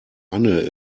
anne